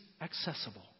accessible